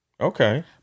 Okay